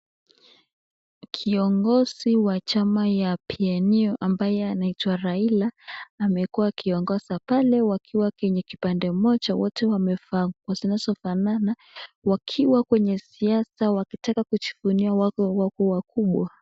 Viongozi was chama ya PNU ambaye anaitwa raila amekuwa akiongosa pale wakiwa Kwa kipande moja wote wamefaa nguo zinasofanana wakiwa wako Kwa siasa wakitaka kuchakanua wakubwa.